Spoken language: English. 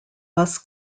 bus